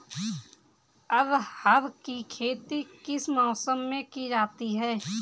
अरहर की खेती किस मौसम में की जाती है?